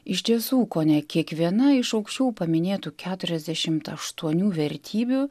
iš tiesų kone kiekviena iš aukščiau paminėtų keturiasdešimt aštuonių vertybių